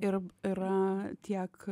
ir yra tiek